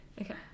Okay